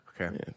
Okay